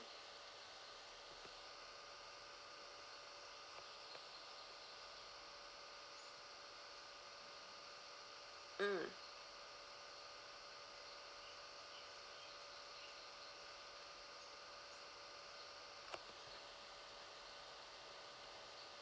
mm